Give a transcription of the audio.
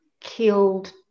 killed